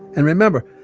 and remember,